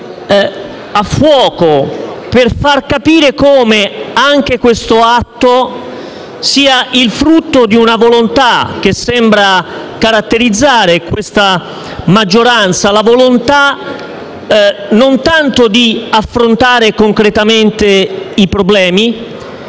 a fuoco, per far capire come anche questo atto sia il frutto di una volontà che sembra caratterizzare l'attuale maggioranza, la volontà non tanto di affrontare concretamente i problemi,